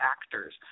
actors